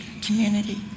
community